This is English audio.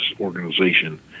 organization